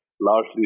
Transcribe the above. largely